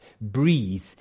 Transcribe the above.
breathe